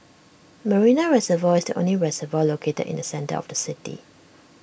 Marina Reservoir is the only reservoir located in the centre of the city